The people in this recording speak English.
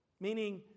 meaning